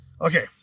Okay